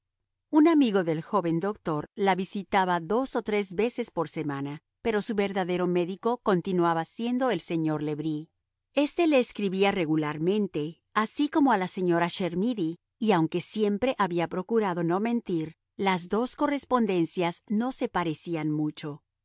un amigo del joven doctor la visitaba dos o tres veces por semana pero su verdadero médico continuaba siendo el señor le bris este le escribía regularmente así como a la señora chermidy y aunque siempre había procurado no mentir las dos correspondencias no se parecían mucho